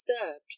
disturbed